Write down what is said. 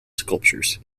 sculptures